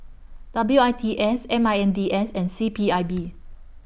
W I T S M I N D S and C P I B